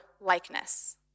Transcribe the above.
likeness